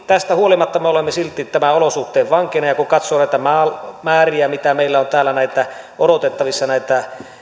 tästä huolimatta me olemme silti tämän olosuhteen vankina ja ja kun katsoo näitä määriä mitä meillä on täällä odotettavissa näitä